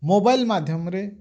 mobile ମାଧ୍ୟମରେ